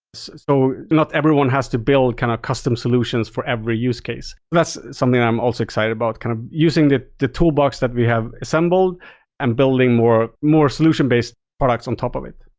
so not everyone has to build kind of custom solutions for every use case. that's something i'm also excited about, kind of using the the toolbox that we have assembled and building more more solution-based products on top of it.